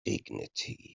dignity